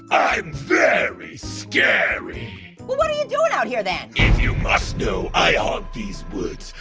i'm very scary. well what are you doing out here, then? if you must know, i haunt these woods.